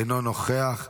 אינו נוכח,